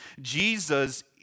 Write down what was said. Jesus